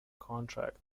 contract